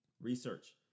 Research